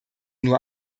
nur